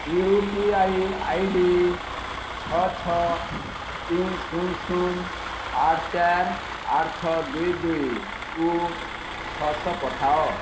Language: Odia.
you P I I D ଛଅ ଛଅ ତିନି ଶୂନ ଶୂନ ଆଠ ଚାରି ଆଠ ଛଅ ଦୁଇ ଦୁଇ କୁ ଛଅଶହ ପଠାଅ